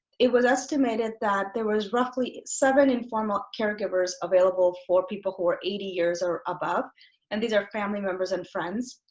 it was estimated that there was roughly seven informal caregivers available for people who are eighty years or above and these are family members and friends.